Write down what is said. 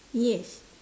yes